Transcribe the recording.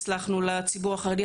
הצלחנו עם הציבור החרדי,